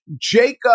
Jacob